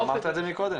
אמרת את זה קודם.